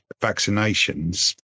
vaccinations